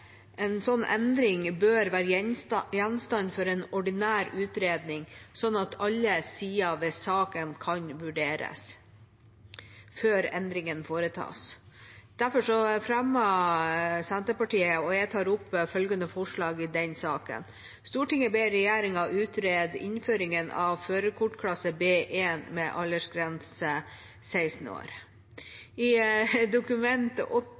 en slik endring bør være gjenstand for en ordinær utredning, slik at alle sider ved saken kan vurderes før endringen foretas. Derfor tar jeg på Senterpartiets vegne opp følgende forslag: «Stortinget ber regjeringen utrede innføringen av førerkortklasse B1 med aldersgrense 16 år.» I Dokument